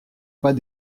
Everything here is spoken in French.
pas